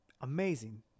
Amazing